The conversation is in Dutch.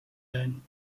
zijn